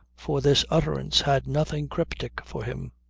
for this utterance had nothing cryptic for him.